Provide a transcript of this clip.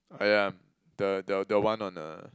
I am the the the one on the